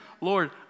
Lord